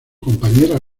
compañera